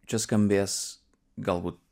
čia skambės galbūt